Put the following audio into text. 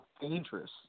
dangerous